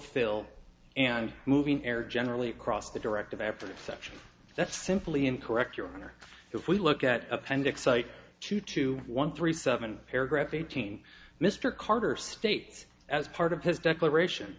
phil and moving air generally across the directive after exception that simply incorrect your honor if we look at appendix site two two one three seven paragraph eighteen mr carter states as part of his declaration